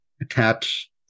Attach